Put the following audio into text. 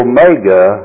Omega